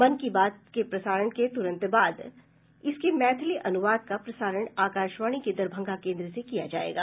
मन की बात के प्रसारण के तुरंत बाद इसके मैथिली अनुवाद का प्रसारण आकाशवाणी के दरभंगा केन्द्र से किया जायेगा